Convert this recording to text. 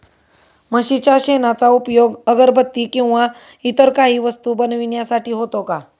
म्हशीच्या शेणाचा उपयोग अगरबत्ती किंवा इतर काही वस्तू बनविण्यासाठी होतो का?